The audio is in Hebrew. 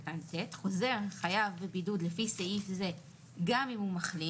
חוזר החייב בבידוד לפי סעיף זה גם אם הוא מחלים